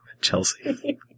Chelsea